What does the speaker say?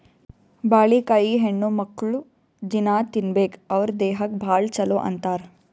ಬಾಳಿಕಾಯಿ ಹೆಣ್ಣುಮಕ್ಕ್ಳು ದಿನ್ನಾ ತಿನ್ಬೇಕ್ ಅವ್ರ್ ದೇಹಕ್ಕ್ ಭಾಳ್ ಛಲೋ ಅಂತಾರ್